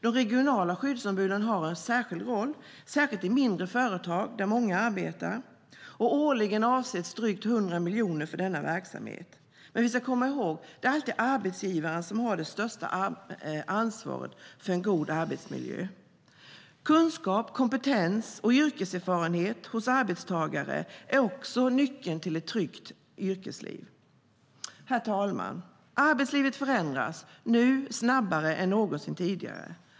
De regionala skyddsombuden har en särskild roll, särskilt i mindre företag där många arbetar. Årligen avsätts drygt 100 miljoner för denna verksamhet. Men vi ska komma ihåg att det alltid är arbetsgivaren som har största ansvaret för en god arbetsmiljö. Kunskap, kompetens och yrkeserfarenhet hos arbetstagare är också nyckeln till ett tryggt yrkesliv. Herr talman! Arbetslivet förändras, nu snabbare än någonsin tidigare.